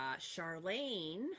Charlene